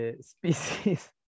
species